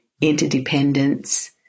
interdependence